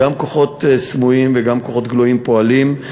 גם כוחות סמויים וגם כוחות גלויים פועלים.